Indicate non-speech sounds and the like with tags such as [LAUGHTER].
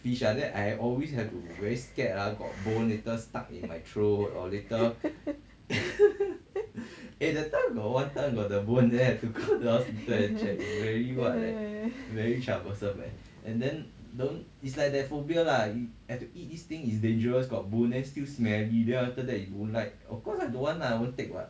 [BREATH] [LAUGHS]